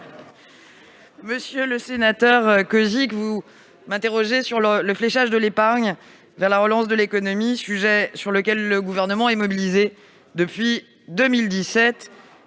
Monsieur le sénateur Cozic, vous m'interrogez sur le fléchage de l'épargne vers la relance de l'économie, sujet sur lequel le Gouvernement est mobilisé depuis 2017.